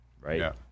right